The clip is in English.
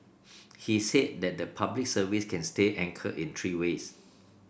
he said that the Public Service can stay anchored in three ways